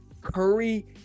curry